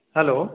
hello